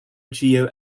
geo